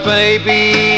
baby